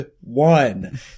One